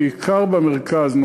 בעיקר במרכז,